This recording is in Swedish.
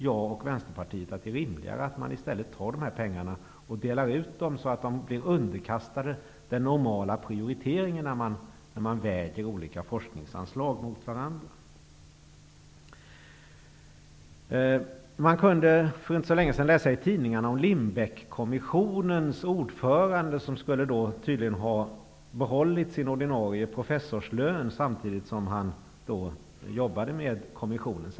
Jag och Vänsterpartiet tycker att det är rimligare att man tar dessa pengar och delar ut dem så att de blir underkastade de normala prioriteringar som sker när man väger olika forskningsanslag mot varandra. Man kunde för inte så länge sedan läsa i tidningarna att Lindbeckkommissionens ordförande tydligen hade behållit sin ordinarie professorslön samtidigt som han arbetade i kommission.